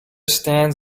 stands